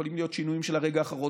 יכולים להיות שינויים של הרגע האחרון.